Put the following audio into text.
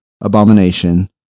abomination